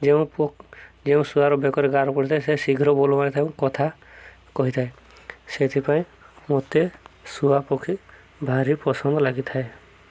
ଯେଉଁ ଯେଉଁ ଶୁଆର ବେକରେ ଗାର ପଡ଼ିଥାଏ ସେ ଶୀଘ୍ର ବୋଲ ମାନିଥାଏ କଥା କହିଥାଏ ସେଥିପାଇଁ ମତେ ଶୁଆ ପକ୍ଷୀ ଭାରି ପସନ୍ଦ ଲାଗିଥାଏ